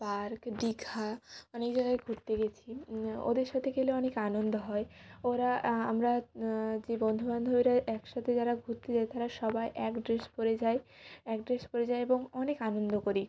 park Digha অনেক জায়গায় ঘুরতে গেছি ওদের সাথে গেলে অনেক আনন্দ হয় ওরা আমরা যে বন্ধু বান্ধবীরা একসাথে যারা ঘুরতে যাই তারা সবাই এক ড্রেস পরে যাই এক ড্রেস পরে যায় এবং অনেক আনন্দ করি